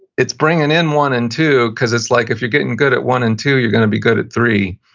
it's bringing in one and two, because it's like if you're getting good at one and two you're going to be good at three.